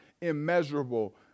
immeasurable